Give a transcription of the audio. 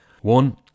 One